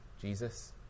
Jesus